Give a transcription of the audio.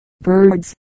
birds